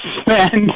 spend